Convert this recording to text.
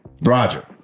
Roger